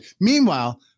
Meanwhile